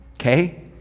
Okay